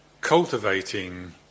cultivating